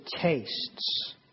tastes